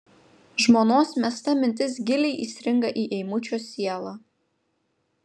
žmonos mesta mintis giliai įstringa į eimučio sielą